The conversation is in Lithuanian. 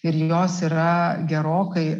ir jos yra gerokai